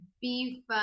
beef